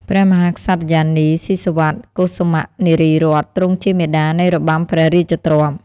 ព្រះមហាក្សត្រិយានី ស៊ីសុវត្ថិ កុសុមៈ នារីរ័ត្ន ទ្រង់ជាមាតានៃរបាំព្រះរាជទ្រព្យ។